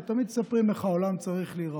תמיד מספרים איך העולם צריך להיראות,